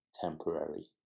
temporary